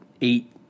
eight